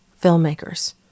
filmmakers